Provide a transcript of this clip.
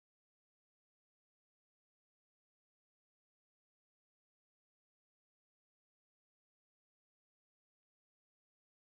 నీటి చక్రం ద్వారా నడిచే స్పిన్నింగ్ ఫ్రేమ్ దీనిని బలమైన మరియు గట్టి నూలును ఉత్పత్తి చేయడానికి ఉపయోగిత్తారు